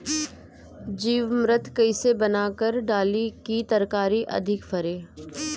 जीवमृत कईसे बनाकर डाली की तरकरी अधिक फरे?